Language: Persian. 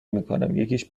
میکنم، یکیش